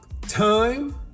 Time